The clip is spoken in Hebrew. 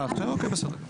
אוקיי, בסדר.